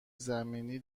زمینی